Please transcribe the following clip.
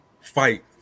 fight